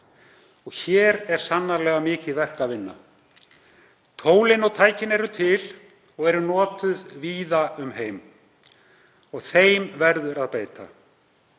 Hér er sannarlega mikið verk að vinna. Tólin og tækin eru til og eru notuð víða um heim. Þeim verður að beita.